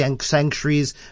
sanctuaries